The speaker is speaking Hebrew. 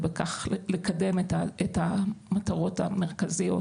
ובכך לקדם את המטרות המרכזיות